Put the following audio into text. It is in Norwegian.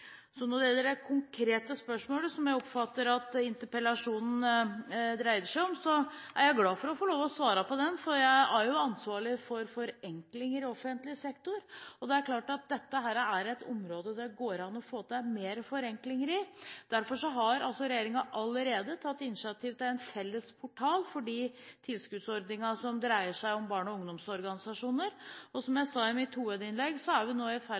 Når det gjelder det konkrete spørsmålet som jeg oppfatter at interpellasjonen dreier seg om, er jeg glad for å få lov å svare på det, for jeg er jo ansvarlig for forenklinger i offentlig sektor. Det er klart at dette er et område der det går an å få til mer forenklinger. Derfor har regjeringen allerede tatt initiativ til en felles portal for de tilskuddsordningene som dreier seg om barne- og ungdomsorganisasjoner. Som jeg sa i mitt hovedinnlegg, er vi nå i ferd